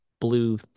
blue